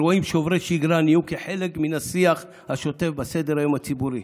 ואירועים שוברי שגרה נהיו חלק מן השיח השוטף בסדר-היום הציבורי.